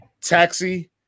Taxi